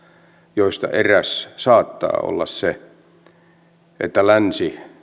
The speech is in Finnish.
joista eräs saattaa olla se että länsi